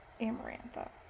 Amarantha